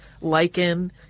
lichen